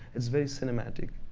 it's very cinematic.